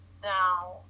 now